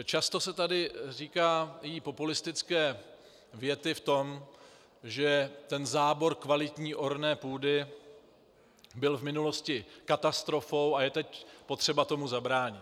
Často se tu říkají populistické věty v tom, že zábor kvalitní orné půdy byl v minulosti katastrofou a je teď potřeba tomu zabránit.